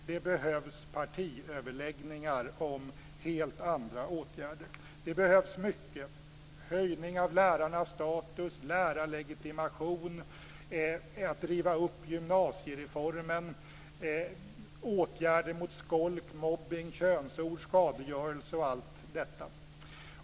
Det behövs partiöverläggningar om helt andra åtgärder. Det behövs mycket: höjning av lärarnas status, lärarlegitimation, att gymnasiereformen rivs upp, åtgärder mot skolk, mobbning, könsord, skadegörelse etc.